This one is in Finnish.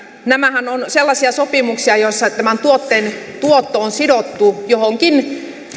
nämähän ovat sellaisia sopimuksia joissa tuotteen tuotto on sidottu johonkin